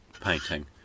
painting